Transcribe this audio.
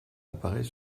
apparaît